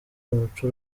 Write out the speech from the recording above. umuco